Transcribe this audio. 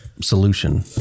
solution